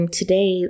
today